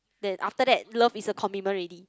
then after that love is a commitment already